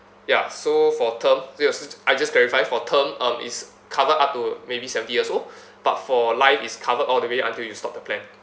ya so for term yes I just clarify for term um is covered up to maybe seventy years old but for life is covered all the way until you stop the plan